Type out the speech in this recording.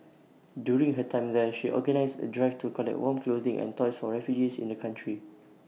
during her time there she organised A drive to collect warm clothing and toys for refugees in the country